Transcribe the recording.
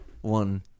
One